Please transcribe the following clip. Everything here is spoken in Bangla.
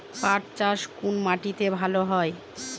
পাট চাষ কোন মাটিতে ভালো হয়?